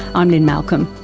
i'm lynne malcolm,